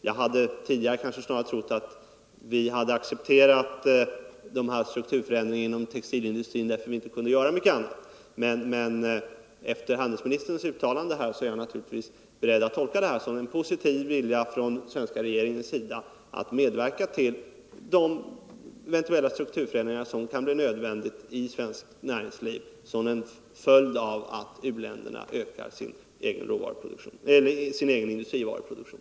Tidigare hade jag väl snarare trott att vi hade accepterat strukturförändringen inom textilindustrin därför att vi inte kunde göra mycket annat, men efter handelsministerns uttalande här är jag naturligtvis redo att tro på en positiv vilja hos den svenska regeringen att medverka till de eventuella strukturförändringar som kan bli nödvändiga i svenskt näringsliv som en följd av att u-länderna ökar sin egen industrivaruproduktion.